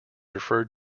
referred